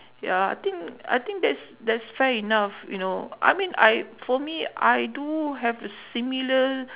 ya I think I think that's that's fair enough you know I mean I for me I do have a similar